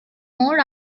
more